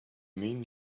mean